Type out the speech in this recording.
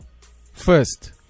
first